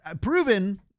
proven